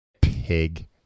Pig